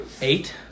Eight